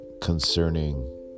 concerning